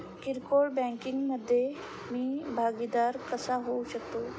किरकोळ बँकिंग मधे मी भागीदार कसा होऊ शकतो?